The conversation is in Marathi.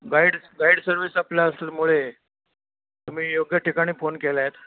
गाईड गाईड सर्विस आपल्या असल्यामुळे तुम्ही योग्य ठिकाणी फोन केला आहेत